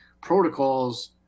protocols